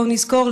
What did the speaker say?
בואו נזכור,